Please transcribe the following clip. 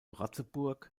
ratzeburg